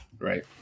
right